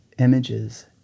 images